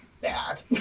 bad